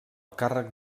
càrrec